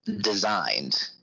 designed